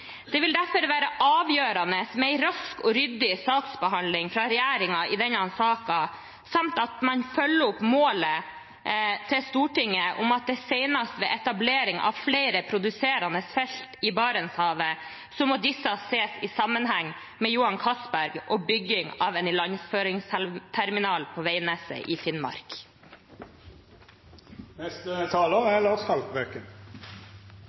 Det vil derfor være avgjørende med en rask og ryddig saksbehandling fra regjeringens side i denne saken, samt at man følger opp Stortingets mål om at «senest ved etablering av flere produserende felt i Barentshavet må disse sees i sammenheng med Johan Castberg og bygging av en ilandføringsterminal på Veidnes i Finnmark».